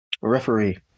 referee